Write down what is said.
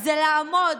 זה לעמוד